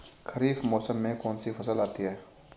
खरीफ मौसम में कौनसी फसल आती हैं?